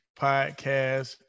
podcast